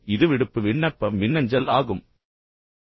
எனவே இது மின்னஞ்சல் மூலம் அனுப்பப்படும் விடுப்பு விண்ணப்பமாகும்